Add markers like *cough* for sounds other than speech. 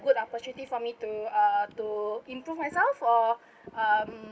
good opportunity for me to uh to improve myself for *breath* um